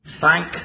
thank